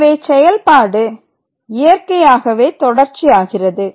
எனவே செயல்பாடு இயற்கையாகவே தொடர்ச்சியாகிறது